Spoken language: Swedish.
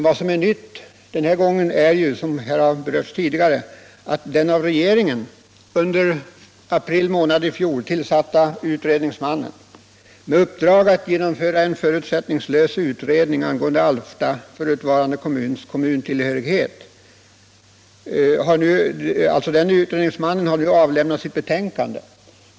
Vad som är nytt den här gången är, såsom berörts tidigare, att den av regeringen under april månad i fjol tillsatta utredningsmannen — med uppdrag att genomföra en förutsättningslös utredning rörande förutvarande Alftas kommuns kommuntillhörighet — har avlämnat sitt betänkande.